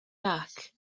back